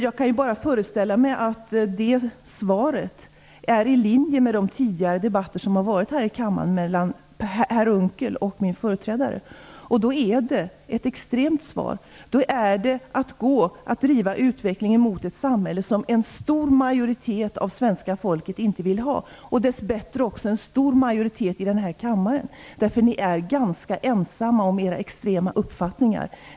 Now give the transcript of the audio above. Jag kan föreställa mig att det svaret är i linje med de tidigare debatter som har varit här i kammaren mellan herr Unckel och min företrädare. Då är det ett extremt svar. Då handlar det om att driva utvecklingen mot ett samhälle som en stor majoritet av det svenska folket inte vill ha, och dess bättre också en stor majoritet i den här kammaren eftersom ni är ganska ensamma om era extrema uppfattningar.